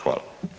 Hvala.